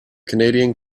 canadian